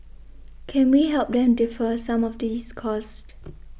can we help them defer some of these costs